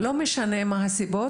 לא משנה מהן הסיבות,